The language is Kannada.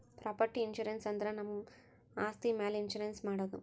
ಪ್ರಾಪರ್ಟಿ ಇನ್ಸೂರೆನ್ಸ್ ಅಂದುರ್ ನಮ್ ಆಸ್ತಿ ಮ್ಯಾಲ್ ಇನ್ಸೂರೆನ್ಸ್ ಮಾಡದು